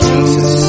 Jesus